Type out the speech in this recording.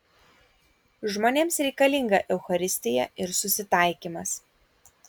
žmonėms reikalinga eucharistija ir susitaikymas